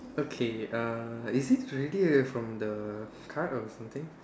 okay uh is it really a from the card or something